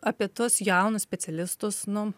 apie tuos jaunus specialistus nu